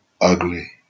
ugly